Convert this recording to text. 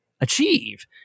achieve